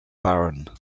baron